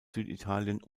süditalien